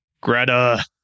Greta